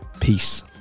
Peace